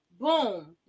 Boom